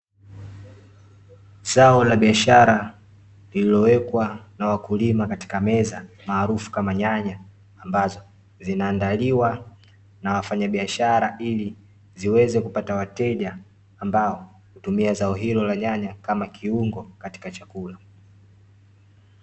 Zao la biashara lilowekwa na wakulima katika meza alimaharufu kama nyanya, ambazo zinazoandaliwa na wafanya biashara ili ziweze kupata wateja ambao huweza kutumia zao hilo la nyanya kama kiungo katika chakula .